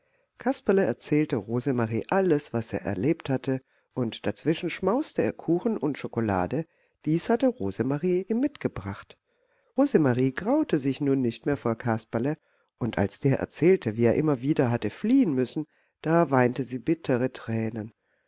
kasperle erzählte rosemarie alles was er erlebt hatte und dazwischen schmauste er kuchen und schokolade dies hatte rosemarie ihm mitgebracht rosemarie graute sich nun nicht mehr vor kasperle und als der erzählte wie er immer wieder hatte fliehen müssen da weinte sie bittere tränen